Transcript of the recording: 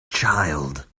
child